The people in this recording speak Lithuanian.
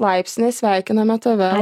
laipsnį sveikiname tave